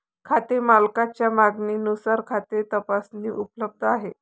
खाते मालकाच्या मागणीनुसार खाते तपासणी उपलब्ध आहे